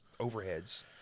overheads